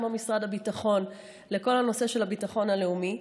משרד הביטחון לכל הנושא של הביטחון הלאומי.